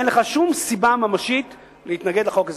אין לך שום סיבה ממשית להתנגד לחוק הזה.